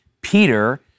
Peter